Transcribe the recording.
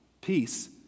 peace